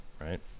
right